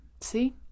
see